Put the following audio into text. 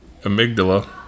amygdala